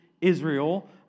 Israel